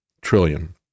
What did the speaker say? trillion